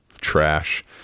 Trash